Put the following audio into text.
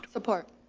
so apart